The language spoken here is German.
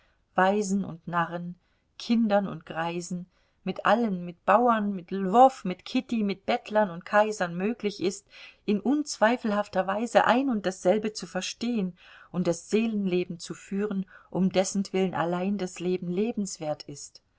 weisen und narren kindern und greisen mit allen mit bauern mit lwow mit kitty mit bettlern und kaisern möglich ist in unzweifelhafter weise ein und dasselbe zu verstehen und das seelenleben zu führen um dessentwillen allein das leben lebenswert ist